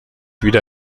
wieder